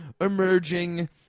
emerging